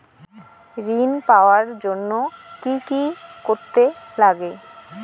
ঋণ পাওয়ার জন্য কি কি করতে লাগে?